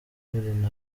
banyeshuli